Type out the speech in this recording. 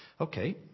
Okay